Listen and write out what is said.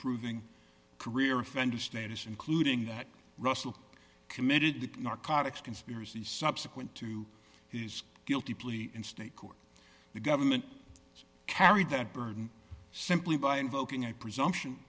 proving career offender status including that russell committed the narcotics conspiracy subsequent to his guilty plea in state court the government to carry that burden simply by invoking a presumption